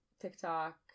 TikTok